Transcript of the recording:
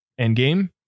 Endgame